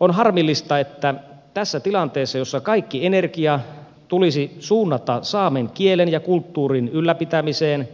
on harmillista että tässä tilanteessa jossa kaikki energia tulisi suunnata saamen kielen ja kulttuurin ylläpitämiseen